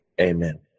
Amen